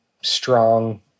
strong